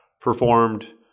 performed